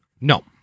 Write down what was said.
No